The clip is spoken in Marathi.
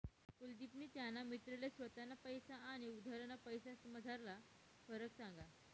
कुलदिपनी त्याना मित्रले स्वताना पैसा आनी उधारना पैसासमझारला फरक सांगा